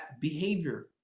behavior